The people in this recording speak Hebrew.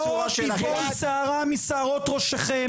לא תיפול שערה משערות ראשיכם,